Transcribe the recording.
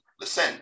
Listen